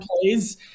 plays